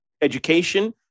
education